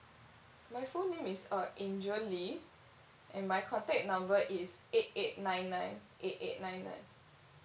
my full name is uh angel lee and my contact number is eight eight nine nine eight eight nine nine